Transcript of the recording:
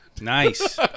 Nice